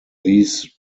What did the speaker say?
these